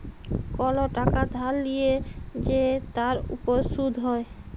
call টাকা ধার লিয়ে যে তার উপর শুধ হ্যয়